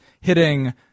hitting